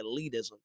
elitism